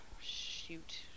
shoot